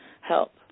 help